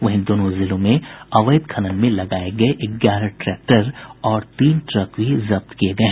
वहीं दोनों जिलों में अवैध खनन में लगाये गये ग्यारह ट्रैक्टर और तीन ट्रक भी जब्त किये गये